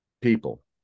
people